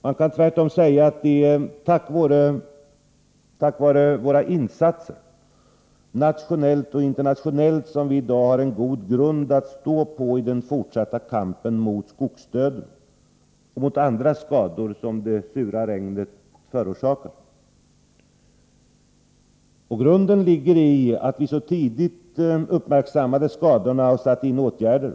Man kan tvärtom säga att det är tack vare våra insatser nationellt och internationellt som vi i dag har en god grund att stå på i den fortsatta kampen mot skogsdöden och mot andra skador som det sura regnet förorsakar. Grunden ligger i att vi så tidigt uppmärksammade skadorna och satte in åtgärder.